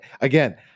again